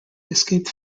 escaped